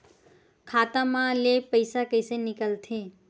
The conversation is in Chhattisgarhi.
खाता मा ले पईसा कइसे निकल थे?